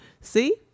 see